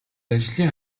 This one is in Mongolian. ажлын